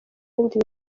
bindi